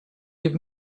give